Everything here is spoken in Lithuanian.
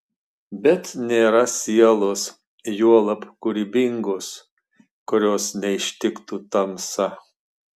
bet nėra sielos juolab kūrybingos kurios neištiktų tamsa